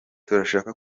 turashaka